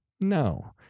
no